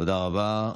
תודה רבה.